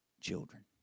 children